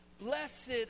Blessed